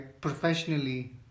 professionally